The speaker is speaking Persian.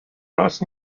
راست